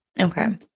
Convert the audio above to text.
Okay